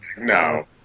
No